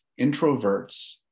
introverts